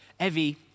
Evie